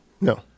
No